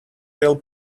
real